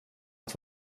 att